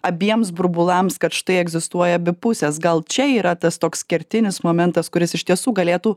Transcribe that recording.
abiems burbulams kad štai egzistuoja abi pusės gal čia yra tas toks kertinis momentas kuris iš tiesų galėtų